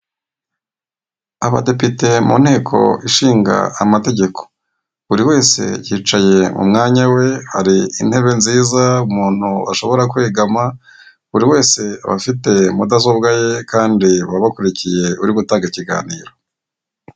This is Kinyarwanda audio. Abadepite mu nteko ishinga amategeko, buri wese yicaye mu mwanya we hari intebe nziza umuntu ashobora kwegama buri wese aba afite mudasobwa ye kandi baba bakurikiye uri gutanga ikiganiro.